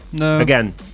Again